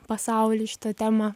pasaulį šitą temą